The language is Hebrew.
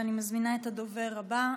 ואני מזמינה את הדובר הבא,